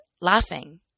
laughing